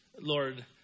Lord